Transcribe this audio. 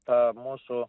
tą mūsų